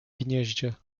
gnieździe